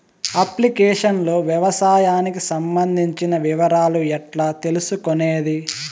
Application లో వ్యవసాయానికి సంబంధించిన వివరాలు ఎట్లా తెలుసుకొనేది?